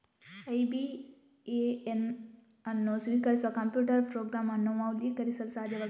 IBAN ಅನ್ನು ಸ್ವೀಕರಿಸುವ computer program ಅನ್ನು ಮೌಲ್ಯೀಕರಿಸಲು ಸಾಧ್ಯವಾಗುತ್ತದೆ